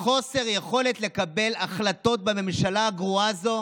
חוסר היכולת לקבל החלטות בממשלה הגרועה הזו